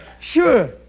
Sure